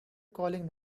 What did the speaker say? calling